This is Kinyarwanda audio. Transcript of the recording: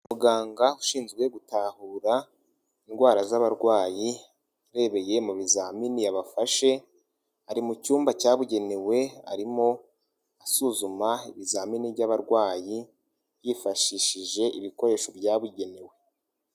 Umuganga ushinzwe gutahura indwara z'abarwayi urebeye mu bizamini yabafashe ari mu cyumba cyabugenewe arimo asuzuma ibizamini by'abarwayi yifashishije ibikoresho byabugenewe.